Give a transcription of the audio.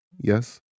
yes